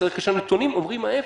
כשהנתונים אומרים ההיפך?